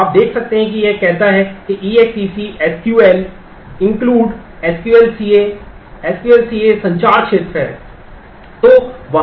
तो आप देख सकते हैं कि यह कहता है कि EXEC SQL INCLUDE SQLCA SQLCA संचार क्षेत्र है